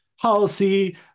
policy